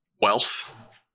Wealth